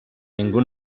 ningú